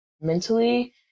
mentally